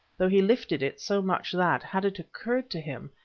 though he lifted it so much that, had it occurred to him,